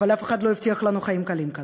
אבל אף אחד לא הבטיח לנו חיים קלים כאן.